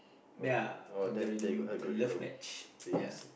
ya algorithm the love match ya